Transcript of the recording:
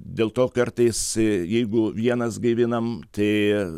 dėl to kartais jeigu vienas gaivinam tai